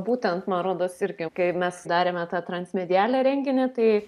būtent man rodos irgi kai mes darėme tą transmediale renginį tai